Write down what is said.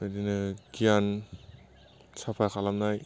बिदिनो गियान साफा खालामनाय